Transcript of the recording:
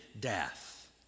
death